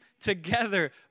together